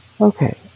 okay